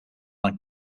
een